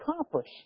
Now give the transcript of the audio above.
accomplished